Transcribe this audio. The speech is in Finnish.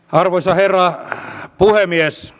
arvoisa herra puhemies